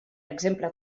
exemple